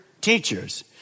teachers